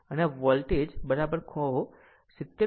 અને વોલ્ટેજ કહો 70